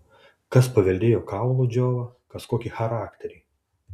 kas paveldėjo kaulų džiovą kas kokį charakterį